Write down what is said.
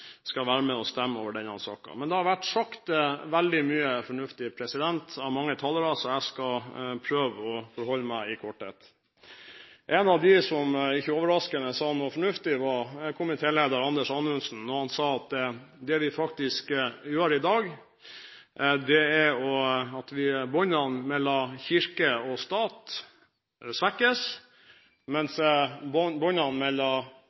skal være med og stemme over denne saken. Det har vært sagt veldig mye fornuftig av mange talere, så jeg skal prøve å fatte meg i korthet. En av dem som, ikke overraskende, sa noe fornuftig, var komitélederen, Anders Anundsen, da han sa at det som faktisk skjer med det vi gjør i dag, er at båndene mellom kirke og stat svekkes, mens båndene mellom